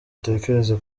utekereze